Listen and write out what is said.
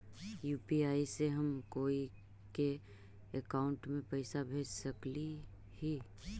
UPI से हम कोई के अकाउंट में पैसा भेज सकली ही?